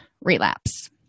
relapse